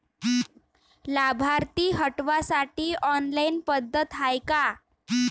लाभार्थी हटवासाठी ऑनलाईन पद्धत हाय का?